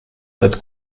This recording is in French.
cette